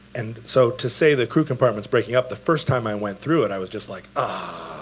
and so to say, the crew compartment's breaking up, the first time i went through it i was just like, ugh.